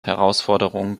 herausforderung